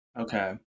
Okay